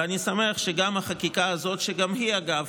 ואני שמח שגם החקיקה הזאת, שגם אותה, אגב,